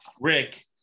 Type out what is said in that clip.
Rick